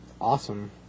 awesome